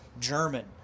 German